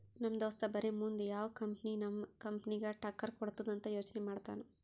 ನಮ್ ದೋಸ್ತ ಬರೇ ಮುಂದ್ ಯಾವ್ ಕಂಪನಿ ನಮ್ ಕಂಪನಿಗ್ ಟಕ್ಕರ್ ಕೊಡ್ತುದ್ ಅಂತ್ ಯೋಚ್ನೆ ಮಾಡ್ತಾನ್